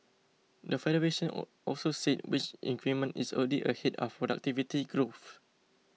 the Federation also said wage increment is already ahead of productivity growth